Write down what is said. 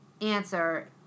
Answer